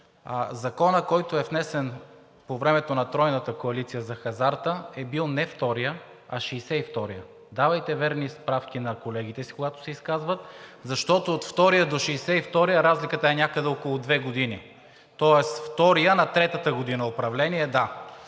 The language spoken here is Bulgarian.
Законът, който е внесен по времето на Тройната коалиция за хазарта, е бил не вторият, а шейсет и вторият. Давайте верни справки на колегите си, когато се изказват, защото от втория до шейсет и втория разликата е някъде около две години. Тоест, вторият на третата година управление – да.